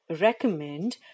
recommend